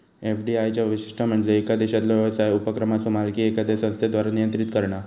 FDI चा वैशिष्ट्य म्हणजे येका देशातलो व्यवसाय उपक्रमाचो मालकी एखाद्या संस्थेद्वारा नियंत्रित करणा